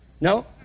No